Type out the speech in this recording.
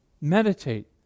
Meditate